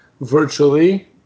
virtually